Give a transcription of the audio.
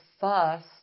first